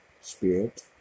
Spirit